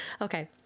Okay